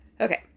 Okay